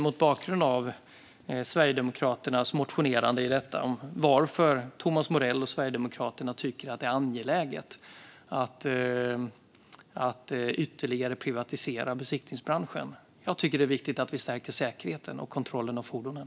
Mot bakgrund av Sverigedemokraternas motionerande i detta är jag naturligtvis nyfiken på varför Thomas Morell och Sverigedemokraterna tycker att det är angeläget att ytterligare privatisera besiktningsbranschen. Jag tycker att det är viktigt att vi stärker säkerheten och kontrollen av fordonen.